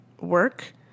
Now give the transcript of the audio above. work